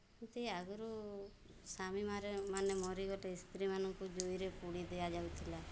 ଏମିତି ଆଗରୁ ସ୍ୱାମୀମାନେ ମରିଗଲେ ସ୍ତ୍ରାମାନଙ୍କୁ ଜୁଇରେ ପୋଡ଼ି ଦିଆଯାଉ ଥିଲା